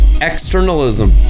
externalism